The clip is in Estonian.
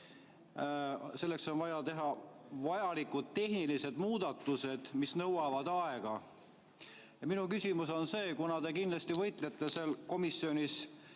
Selleks on vaja teha vajalikud tehnilised muudatused, mis nõuavad aega. Minu küsimus on see, kuna te kindlasti võitlete seal komisjonis